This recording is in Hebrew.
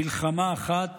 מלחמה אחת